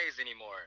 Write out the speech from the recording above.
anymore